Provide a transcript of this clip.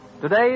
Today